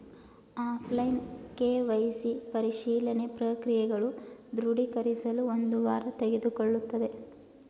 offline KYC ಪರಿಶೀಲನೆ ಪ್ರಕ್ರಿಯೆಗಳು ದೃಢೀಕರಿಸಲು ಒಂದು ವಾರ ತೆಗೆದುಕೊಳ್ಳುತ್ತದೆ